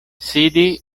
sidi